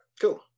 Cool